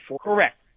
correct